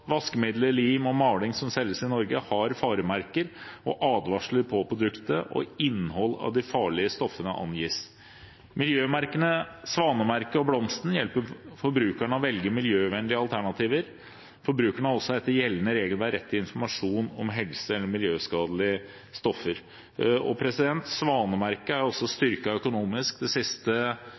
vaskemidler, lim og maling, som selges i Norge, har faremerker og advarsler på produktet, og innholdet av de farlige stoffene angis. Miljømerkene Svanen og Blomsten hjelper forbrukerne med å velge miljøvennlige alternativer. Forbrukerne har også etter gjeldende regelverk rett til informasjon om helse- eller miljøskadelige stoffer. Svanemerket er også styrket økonomisk de siste årene, og i regjeringsplattformen legges det